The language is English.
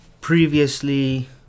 previously